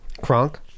Kronk